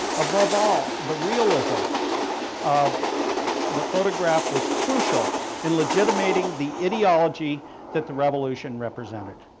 above all, the realism of the photograph was crucial in legitimating the ideology that the revolution represented.